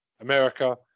America